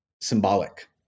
symbolic